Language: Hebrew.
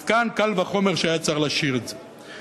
אז כאן קל וחומר שהיה צריך להשאיר את זה.